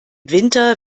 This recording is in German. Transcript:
winter